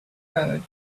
road